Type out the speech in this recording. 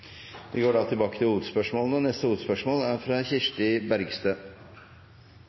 Vi går da til neste hovedspørsmål. Mitt spørsmål går til